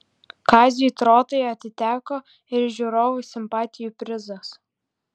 kaziui trotai atiteko ir žiūrovų simpatijų prizas